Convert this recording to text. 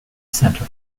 centre